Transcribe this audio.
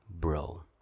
Bro